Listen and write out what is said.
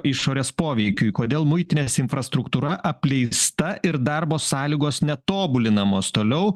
išorės poveikiui kodėl muitinės infrastruktūra apleista ir darbo sąlygos netobulinamos toliau